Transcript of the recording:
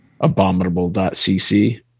abominable.cc